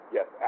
yes